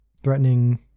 threatening